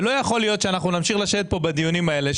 ולא יכול להיות שאנחנו נמשיך לשבת פה בדיונים האלה,